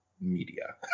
media